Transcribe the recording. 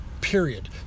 period